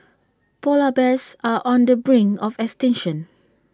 Polar Bears are on the brink of extinction